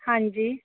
ਹਾਂਜੀ